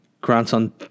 grandson